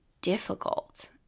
difficult